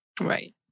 right